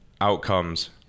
outcomes